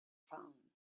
phone